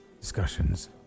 discussions